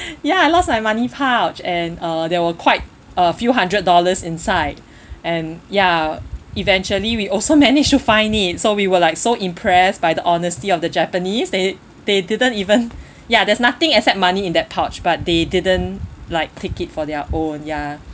ya I lost my money pouch and uh there were quite a few hundred dollars inside and ya eventually we also managed to find it so we were like so impressed by the honesty of the japanese they they didn't even ya there's nothing except money in that pouch but they didn't like take it for their own ya